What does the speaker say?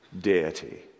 Deity